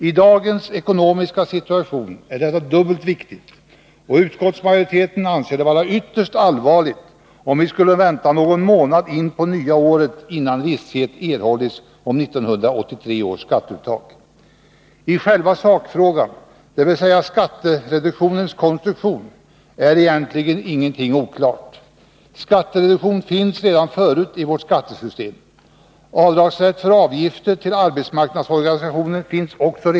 I dagens ekonomiska situation är detta dubbelt viktigt, och utskottsmajoriteten anser det vara ytterst allvarligt om vi skulle behöva vänta någon månad inpå det nya året innan visshet kunde erhållas om 1983 års skatteuttag. I själva sakfrågan, dvs. skattereduktionens konstruktion, är egentligen ingenting oklart. Skattereduktion finns redan förut i vårt skattesystem. Avdragsrätt för avgifter till arbetsmarknadsorganisationer finns också.